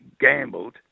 gambled